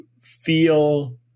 feel